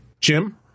Jim